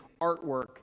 artwork